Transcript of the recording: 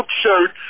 shirt